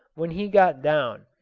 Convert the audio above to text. when he got down,